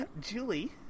julie